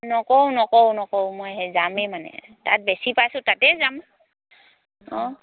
নকওঁ নকওঁ নকওঁ মই সেই যামেই মানে তাত বেছি পাইছোঁ তাতেই যাম অঁ